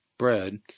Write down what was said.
bread